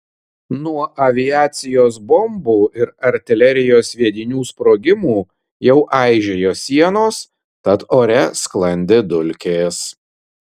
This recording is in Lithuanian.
nuo aviacijos bombų ir artilerijos sviedinių sprogimų jau aižėjo sienos tad ore sklandė dulkės